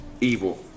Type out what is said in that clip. evil